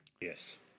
Yes